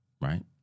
right